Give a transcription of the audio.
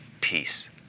peace